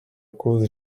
clause